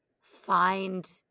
find